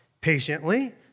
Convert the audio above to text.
Patiently